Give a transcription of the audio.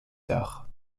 tard